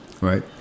right